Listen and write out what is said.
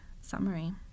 summary